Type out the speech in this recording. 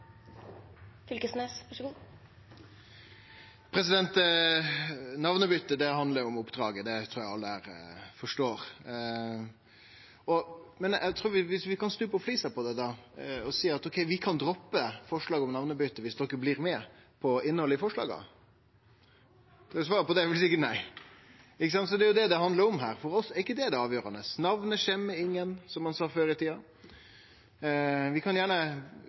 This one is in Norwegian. handlar om oppdraget – det trur eg alle her forstår. Vi kan snu på flisa: Vi kan droppe forslaget om namnebytet viss dei blir med på innhaldet i forslaga. Svaret på det er sikkert nei. Det er jo det det handlar om her. For oss er ikkje namnet det avgjerande, for namnet skjemmer ingen, som ein sa før i tida. Vi kan gjerne